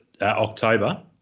October